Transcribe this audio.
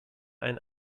ein